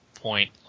point